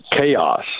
chaos